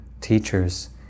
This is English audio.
teachers